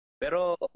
pero